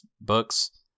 books